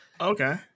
Okay